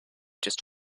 just